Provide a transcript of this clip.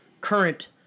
Current